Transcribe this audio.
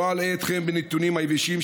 לא אלאה אתכם בנתונים היבשים,